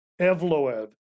Evloev